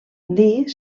dir